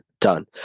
done